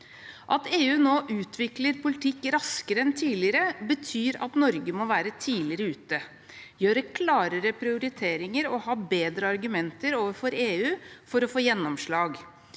At EU nå utvikler politikk raskere enn tidligere, betyr at Norge må være tidligere ute, gjøre klarere prioriteringer og ha bedre argumenter overfor EU for å få gjennomslag.